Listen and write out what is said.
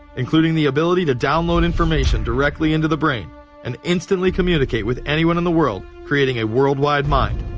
including the ability to download information directly into the brain and instantly communicate with anyone in the world, creating a worldwide mind.